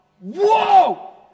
whoa